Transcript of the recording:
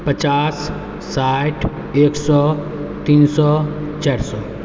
पचास साठि एक सए तीन सए चारि सए